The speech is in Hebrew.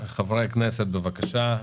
חברי הכנסת בבקשה.